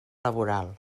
laboral